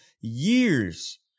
years